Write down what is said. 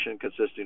consisting